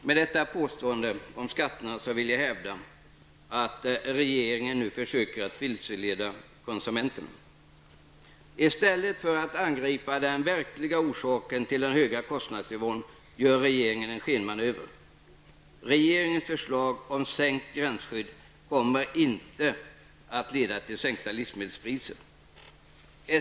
Med detta påstående om skatterna vill jag hävda att regeringen nu försöker vilseleda konsumenterna. I stället för att angripa den verkliga orsaken till den höga kostnadsnivån gör regeringen en skenmanöver. Regeringens förslag om sänkt gränsskydd kommer inte att leda till sänkta livsmedelspriser.